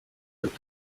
but